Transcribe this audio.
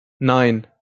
nein